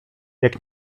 jak